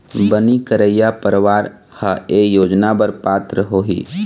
बनी करइया परवार ह ए योजना बर पात्र होही